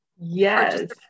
Yes